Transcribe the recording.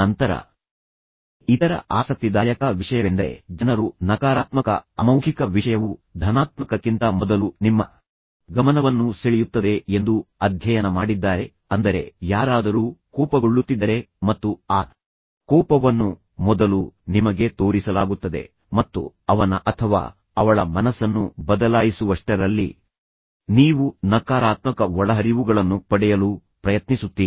ನಂತರ ಇತರ ಆಸಕ್ತಿದಾಯಕ ವಿಷಯವೆಂದರೆ ಜನರು ನಕಾರಾತ್ಮಕ ಅಮೌಖಿಕ ವಿಷಯವು ಧನಾತ್ಮಕಕ್ಕಿಂತ ಮೊದಲು ನಿಮ್ಮ ಗಮನವನ್ನು ಸೆಳೆಯುತ್ತದೆ ಎಂದು ಅಧ್ಯಯನ ಮಾಡಿದ್ದಾರೆ ಅಂದರೆ ಯಾರಾದರೂ ಕೋಪಗೊಳ್ಳುತ್ತಿದ್ದರೆ ಮತ್ತು ಆ ಕೋಪವನ್ನು ಮೊದಲು ನಿಮಗೆ ತೋರಿಸಲಾಗುತ್ತದೆ ಮತ್ತು ಅವನ ಅಥವಾ ಅವಳ ಮನಸ್ಸನ್ನು ಬದಲಾಯಿಸುವಷ್ಟರಲ್ಲಿ ನೀವು ನಕಾರಾತ್ಮಕ ಒಳಹರಿವುಗಳನ್ನು ಪಡೆಯಲು ಪ್ರಯತ್ನಿಸುತ್ತೀರಿ